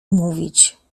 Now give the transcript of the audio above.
mówić